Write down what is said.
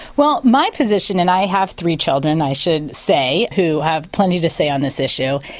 well my position and i have three children i should say who have plenty to say on this issue,